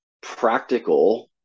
practical